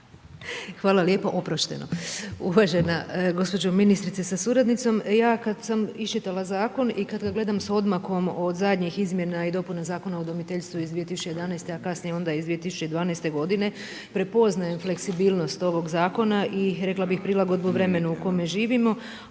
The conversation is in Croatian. Hvala lijepo, oprošteno. Uvaženo gospođo ministrice sa suradnicom, ja kada sam iščitala zakon, i kada gledam sa odmakom o zadnjih izmjena i dopuna Zakona o udomiteljstvu i uz 2011. a kasnije onda iz 2012. g. prepoznaje fleksibilnost ovog zakona i rekla bi prilagodbu vremena u kojem živimo,